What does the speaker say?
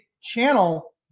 channel